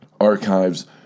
archives